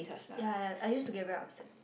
ya ya I used to get very upset